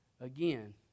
again